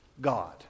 God